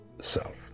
self